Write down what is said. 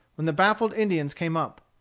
when the baffled indians came up.